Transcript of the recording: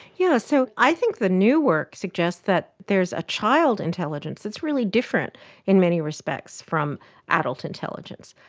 yeah so i think the new work suggests that there is a child intelligence. it's really different in many respects from adult intelligence.